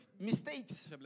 mistakes